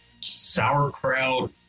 sauerkraut